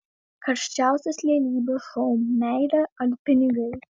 karščiausias realybės šou meilė ar pinigai